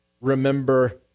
remember